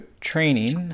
training